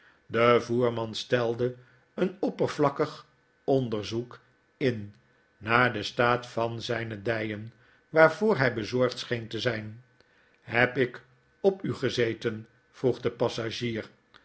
de voerman stelde een oppervlakkig onderzoek in naar den staat van zyne dyen waarvoor hy bezorgd scheen te zijn heb ik op u gezeten vroeg de passagier